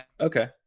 Okay